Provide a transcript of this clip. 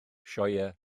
sioeau